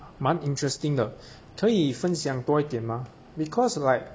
蛮 interesting 的可以分享多一点吗 because like